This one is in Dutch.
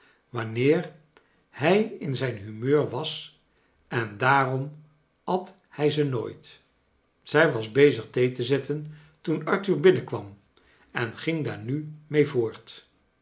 wanneer hij in zijn humeur was en daarom at hij ze nooit zij was bezig thee te zetten toen arthur binnenkwam en ging daar nu mee voort